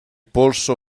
polso